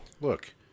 look